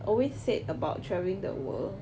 always said about travelling the world